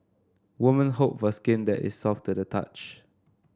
women hope for skin that is soft to the touch